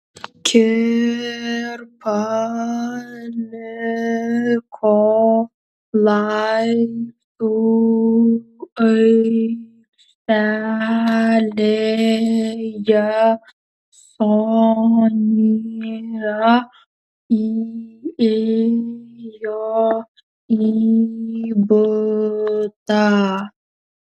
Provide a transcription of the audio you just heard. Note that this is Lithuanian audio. kirpa liko laiptų aikštelėje sonia įėjo į butą